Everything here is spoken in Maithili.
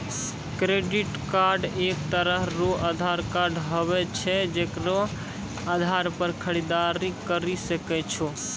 क्रेडिट कार्ड एक तरह रो उधार कार्ड हुवै छै जेकरो आधार पर खरीददारी करि सकै छो